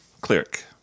cleric